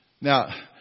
Now